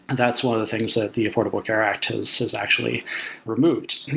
and that's one of the things that the affordable care act has has actually removed.